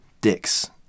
Dick's